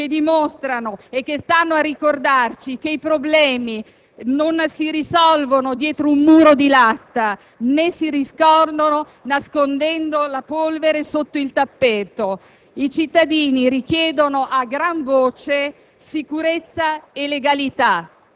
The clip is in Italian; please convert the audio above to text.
Si sono risolti questi problemi? Non credo se è scoppiata proprio in questi giorni la questione del velo, il simbolo di una limitazione della libertà delle donne, di una volontà di non integrazione.